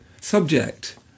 subject